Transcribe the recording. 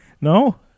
No